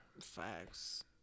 Facts